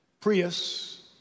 Prius